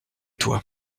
toi